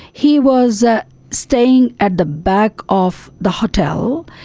he was ah staying at the back of the hotel.